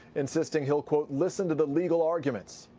insisting he will, quote, listen to the legal arguments.